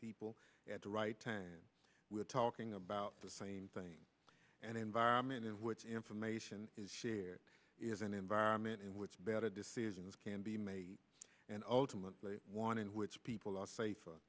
people at the right time we're talking about the same thing an environment in which information is shared is an environment in which better decisions can be made and ultimately one in which people are safer